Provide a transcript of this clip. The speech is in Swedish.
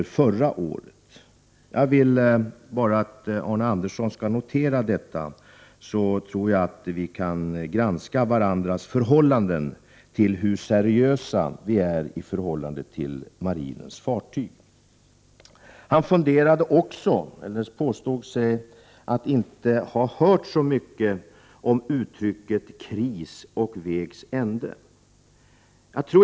Jag vill bara att Prot. 1988/89:121 Arne Andersson skall notera detta, så att vi kan granska varandras 25 maj 1989 förhållanden — hur seriösa vi är när det gäller marinens fartyg. Arne Andersson påstod sig inte ha hört så mycket om uttrycket kris och SR anslag vägs ände.